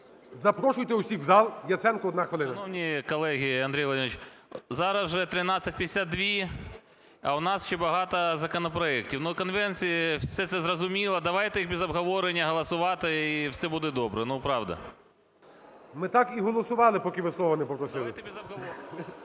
Запрошуйте всіх в зал. Яценко, одна хвилина. 13:52:43 ЯЦЕНКО А.В. Шановні колеги, Андрій Володимирович! Зараз вже 13:52, а у нас ще багато законопроектів. Ну, конвенція, все це зрозуміло, давайте без обговорення голосувати і все буде добре. Ну, правда. ГОЛОВУЮЧИЙ. Ми так і голосували, поки ви слова не попросили.